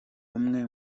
umwe